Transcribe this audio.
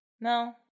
No